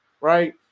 right